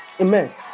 Amen